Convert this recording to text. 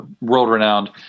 world-renowned